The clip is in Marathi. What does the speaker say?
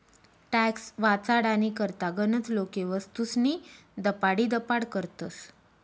टॅक्स वाचाडानी करता गनच लोके वस्तूस्नी दपाडीदपाड करतस